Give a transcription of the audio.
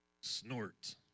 snort